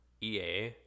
ea